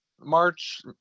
March